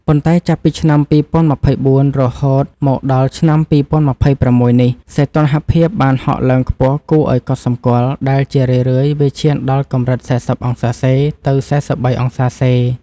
ប៉ុន្តែចាប់ពីឆ្នាំ ២០២៤ រហូតមកដល់ឆ្នាំ ២០២៦ នេះ សីតុណ្ហភាពបានហក់ឡើងខ្ពស់គួរឱ្យកត់សម្គាល់ ដែលជារឿយៗវាឈានដល់កម្រិត ៤០°C ទៅ ៤៣°C។